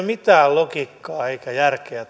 mitään logiikkaa eikä järkeä